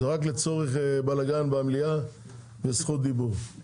זה רק לצורך בלגאן במליאה וזכות דיבור.